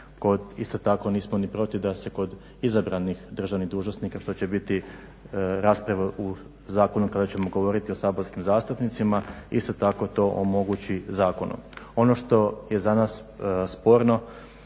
isto tako nismo ni protiv da se kod izabranih državnih dužnosnika što će biti rasprave u zakonu kada ćemo govoriti o saborskim zastupnicima isto tako to omogući zakonom. Ono što je za nas sporno